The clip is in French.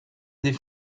des